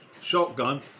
Shotgun